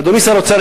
ואדוני שר האוצר,